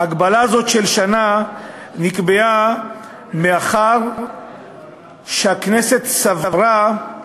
ההגבלה הזאת של שנה נקבעה מאחר שהכנסת סברה,